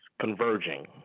converging